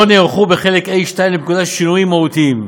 נערכו בחלק ה'2 לפקודה שינויים מהותיים.